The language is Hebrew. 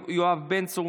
יואב בן צור,